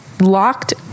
locked